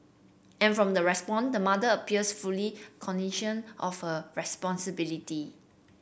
and from the the mother appears fully of her responsibility